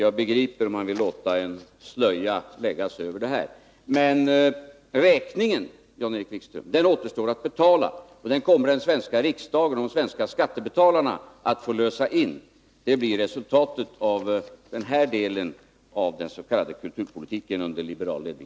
Jag begriper alltså om han vill låta en slöja läggas över detta. Men räkningen, Jan-Erik Wikström, återstår att betala, och den kommer den svenska riksdagen och de svenska skattebetalarna att få lösa in. Det blir resultatet av denna del av den s.k. kulturpolitiken under liberal ledning.